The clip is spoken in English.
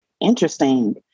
interesting